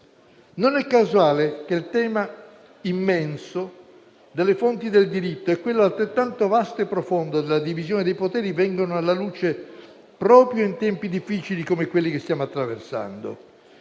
Non è casuale che il tema immenso delle fonti del diritto e quello, altrettanto vasto e profondo, della divisione dei poteri vengano alla luce proprio in tempi difficili come quelli che stiamo attraversando,